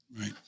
Right